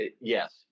yes